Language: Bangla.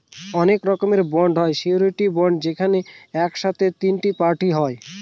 এক রকমের বন্ড হয় সিওরীটি বন্ড যেখানে এক সাথে তিনটে পার্টি হয়